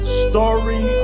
story